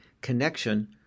connection